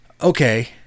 Okay